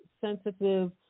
sensitive